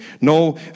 no